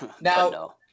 Now